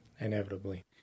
Inevitably